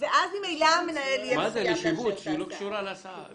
אז ממילא המנהל יהיה צריך לאשר את ההסעה.